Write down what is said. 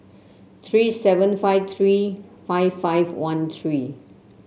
three seven five three five five one three